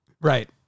Right